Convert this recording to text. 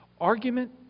Argument